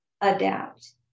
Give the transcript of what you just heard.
adapt